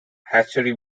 hatchery